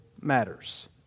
matters